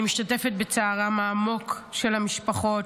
אני משתתפת בצערן העמוק של המשפחות,